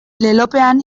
lelopean